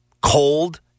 cold